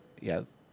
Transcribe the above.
yes